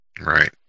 Right